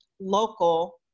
local